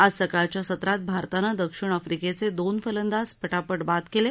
आज सकाळच्या सत्रात भारतान दक्षिण अफ्रिकेचे दोन फलंदाज पटापट बाद केले